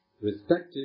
respective